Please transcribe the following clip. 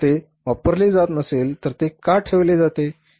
जर ते वापरले जात नसेल तर ते का ठेवले जाते